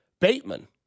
Bateman